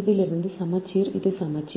இதிலிருந்து சமச்சீர் இது சமச்சீர்